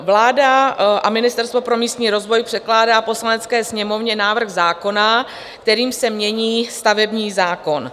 Vláda a Ministerstvo pro místní rozvoj předkládá Poslanecké sněmovně návrh zákona, kterým se mění stavební zákon.